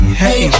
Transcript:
hey